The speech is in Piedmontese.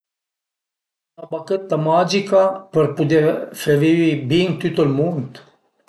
La bachëtta magica për pudé fe vivi bin tüt ël mund